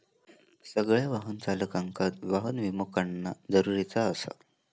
सगळ्या वाहन चालकांका वाहन विमो काढणा जरुरीचा आसा